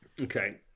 Okay